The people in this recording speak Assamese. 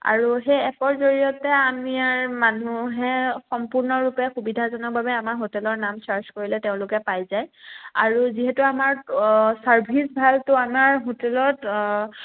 আৰু সেই এপৰ জৰিয়তে আমি ইয়াৰ মানুহে সম্পূৰ্ণৰূপে সুবিধাজনৰ বাবে আমাৰ হোটেলৰ নাম চাৰ্জ কৰিলে তেওঁলোকে পাই যায় আৰু যিহেতু আমাৰ চাৰ্ভিচ ভাল তো আমাৰ হোটেলত